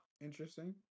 Interesting